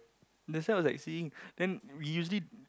that's like I was seeing then we usually